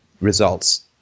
results